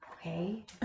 Okay